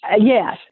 Yes